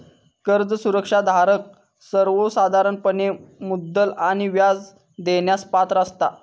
कर्ज सुरक्षा धारक सर्वोसाधारणपणे मुद्दल आणि व्याज देण्यास पात्र असता